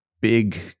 big